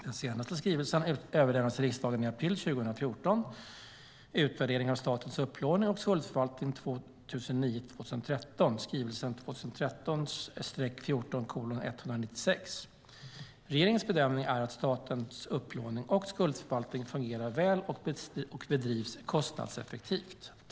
Den senaste skrivelsen överlämnades till riksdagen i april 2014 ( Utvärdering av statens upplåning och skuldförvaltning 2009-2013 , skr. 2013/14:196). Regeringens bedömning är att statens upplåning och skuldförvaltning fungerar väl och bedrivs kostnadseffektivt.